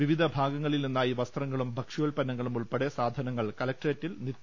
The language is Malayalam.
വിവിധ ഭാഗങ്ങളിൽ നിന്നായി വസ്ത്രങ്ങളും ഭക്ഷ്യാൽപ്പന്നങ്ങളും ഉൾപ്പെടെ സാധനങ്ങൾ കലക്ട്രേറ്റിൽ നിത്യേന എത്തുന്നുണ്ട്